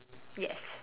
yes